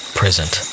present